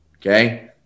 okay